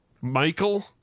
Michael